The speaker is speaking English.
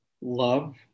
love